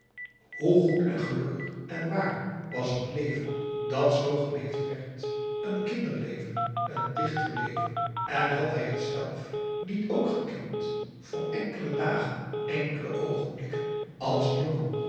hoe goed en gelukkig en wàar was het leven dat zo geleefd werd een kinder leven een dichter leven en had hij het zelf niet ook gekend voor augusta de wit orpheus in de dessa enkele dagen enkele oogenblikken als jongen